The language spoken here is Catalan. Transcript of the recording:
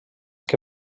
que